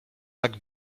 tak